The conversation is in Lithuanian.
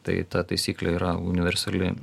tai ta taisyklė yra universali